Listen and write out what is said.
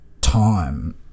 time